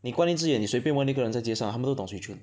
你关一只眼你随便问一个人在街上他们都懂 Swee-Choon